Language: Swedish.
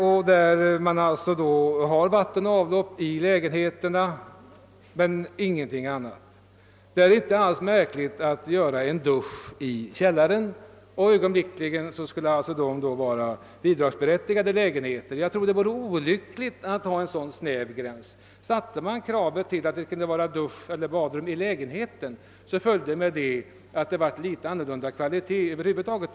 — Där finns det alltså vatten och avlopp i lägenheterna men inga andra bekvämligheter. Det är emellertid inte alls svårt att anordna dusch i källaren. Därigenom skulle dessa lägenheter ögonblickligen bli bidragsberättigade. Jag tror emellertid att det skulle vara olyckligt att ha en så snäv gräns. Uppställde man kravet på dusch eller badrum i lägenheten, skulle därmed följa att det blev en annan och litet bättre kvalitet på husen över huvud taget.